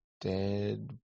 Dead